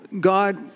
God